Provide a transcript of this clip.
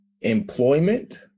employment